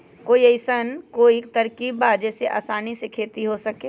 कोई अइसन कोई तरकीब बा जेसे आसानी से खेती हो सके?